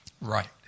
right